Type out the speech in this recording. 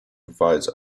provides